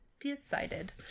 Decided